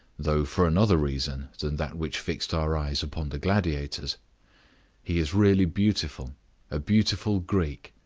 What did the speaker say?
though for another reason than that which fixed our eyes upon the gladiators he is really beautiful a beautiful greek.